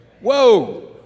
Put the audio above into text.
whoa